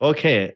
Okay